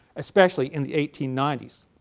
especially in the eighteen ninety s.